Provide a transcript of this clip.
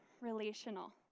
relational